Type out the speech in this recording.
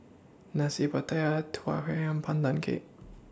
Nasi Pattaya Tua Huay and Pandan Cake